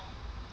wall